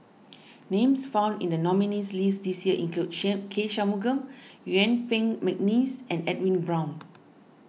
names found in the nominees' list this year include K Shanmugam Yuen Peng McNeice and Edwin Brown